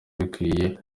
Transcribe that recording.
ubikwiye